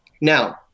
now